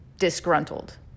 disgruntled